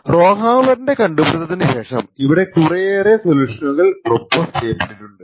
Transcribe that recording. റൊഹാമ്മറിൻറെ കണ്ടുപിടുത്തത്തിന് ശേഷം ഇവിടെ കുറെയേറെ സൊല്യൂഷനുകൾ പ്രൊപ്പോസ് ചെയ്യപ്പെട്ടിട്ടുണ്ട്